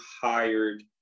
hired